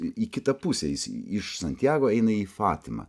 į kitą pusę jis iš santjago eina į fatimą